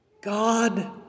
God